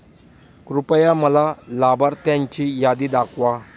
कृपया मला लाभार्थ्यांची यादी दाखवा